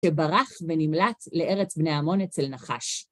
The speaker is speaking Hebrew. שברח ונמלט לארץ בני המון אצל נחש.